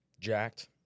jacked